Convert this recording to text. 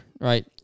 right